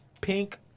pink